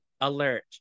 alert